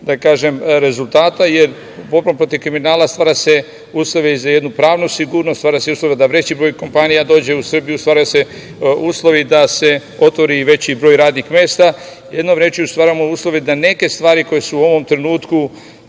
ukupnog rezultata, jer borbom protiv kriminala stvara se uslov za pravnu sigurnost, stvaraju se uslovi da veći broj kompanija dođe u Srbiju stvaraju se uslovi da se otvori veći broj radnih mesta. Jednom rečju stvaramo uslove da neke stvari koje su u ovom trenutku